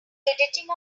editing